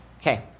Okay